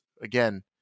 Again